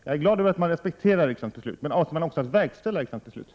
Jag är glad över att man respekterar riksdagens beslut, men avser man också att verkställa besluten?